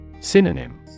Synonym